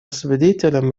свидетелем